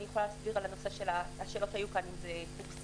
אני יכולה להסביר על השאלות שעלו כאן בעניין הפרסום,